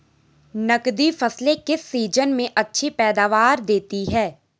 नकदी फसलें किस सीजन में अच्छी पैदावार देतीं हैं?